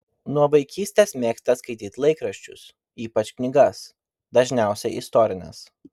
nuo vaikystės mėgsta skaityti laikraščius ypač knygas dažniausiai istorines